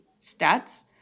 stats